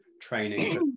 training